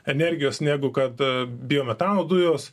energijos negu kad biometano dujos